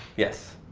yes?